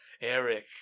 Eric